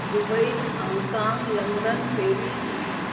Dubai Hong Kong London Paris Italy